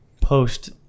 post